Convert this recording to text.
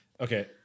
Okay